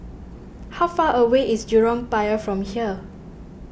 how far away is Jurong Pier from here